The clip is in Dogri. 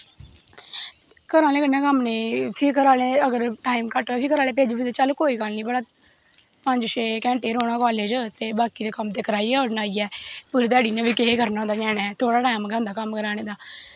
घरे आह्लें कन्नै कम्म फ्ही अगर घरे आह्लें टाईम घट्ट होए भेजी बी ओड़दे चल कोई गल्ल निं पंज छे घैंटे रौंह्ना कालेज ते बाकी कम्म ते कराई गै ओड़नां आइयै पूरी ध्याड़ी केह् करना होंदा ञ्याणे थोह्ड़ा टैम गै होंदा कम्म कराने दा